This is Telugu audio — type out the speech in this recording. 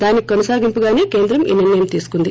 దానికి కొనసాగింపుగానే కేంద్రం ఈ నిర్ణయం తీసుకుంది